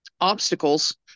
obstacles